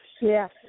Yes